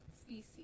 Species